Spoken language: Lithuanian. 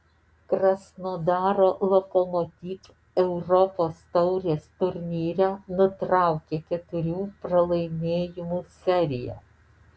krasnodaro lokomotiv europos taurės turnyre nutraukė keturių pralaimėjimų seriją